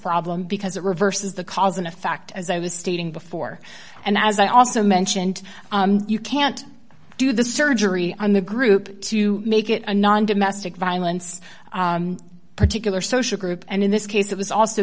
problem because it reverses the cause and effect as i was stating before and as i also mentioned you can't do the surgery on the group to make it a non domestic violence particular social group and in this case it was also